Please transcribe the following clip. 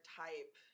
type